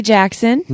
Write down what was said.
Jackson